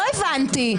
לא הבנתי.